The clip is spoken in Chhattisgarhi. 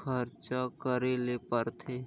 खरचा करे ले परथे